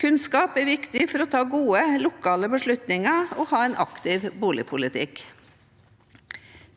Kunnskap er viktig for å ta gode lokale beslutninger og ha en aktiv boligpolitikk.